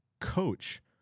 coach